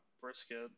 Brisket